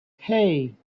hey